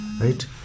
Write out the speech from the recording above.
right